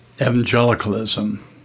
evangelicalism